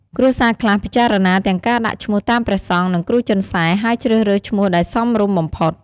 គ្រួសារខ្លះពិចារណាទាំងការដាក់ឈ្មោះតាមព្រះសង្ឃ និងគ្រូចិនសែ ហើយជ្រើសរើសឈ្មោះដែលសមរម្យបំផុត។